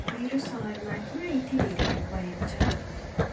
मेरो सहरमा किन यति धेरै हिउँ परेको छ